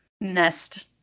nest